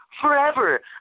forever